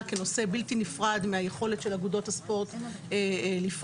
כחלק בלתי נפרד מהיכולת של אגודות הספורט לפעול,